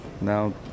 now